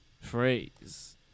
phrase